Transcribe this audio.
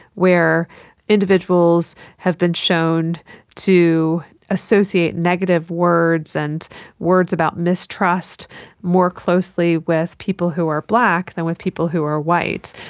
where individuals have been shown to associate negative words and words about mistrust more closely with people who are black than with people who are white.